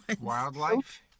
Wildlife